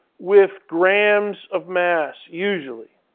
with grams of mass, usually.